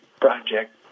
project